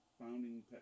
founding